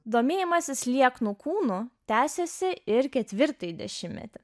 domėjimasis liekno kūno tęsiasi ir ketvirtąjį dešimtmetį